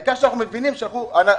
העיקר שאנחנו מבינים את מי שלחו.